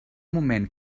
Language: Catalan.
moment